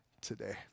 today